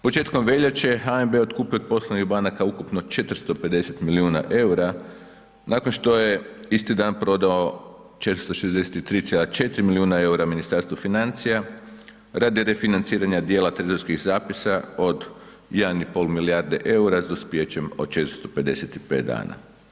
Početkom veljače HNB je otkupio od poslovnih banaka ukupno 450 milijuna EUR-a nakon što je isti dan prodao 463,4 milijuna EUR-a Ministarstvu financija radi refinanciranja dijela trezorskih zapisa od 1,5 milijarde EUR-a s dospijećem od 455 dana.